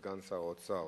סגן שר האוצר,